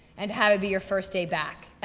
and have it be your first day back.